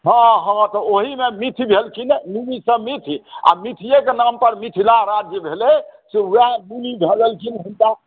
हॅं हॅं हॅं तऽ ओहिमे मिथ भेलखिन मिथि सॅं मिथ आ मिथियेक नाम पर मिथिला राज्य भेलै से वएह मुनि भऽ गेलखिन हिनका